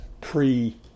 pre